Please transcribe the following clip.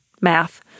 math